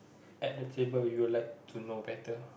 at the table you'll like to know better